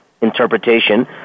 interpretation